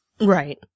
Right